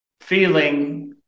feeling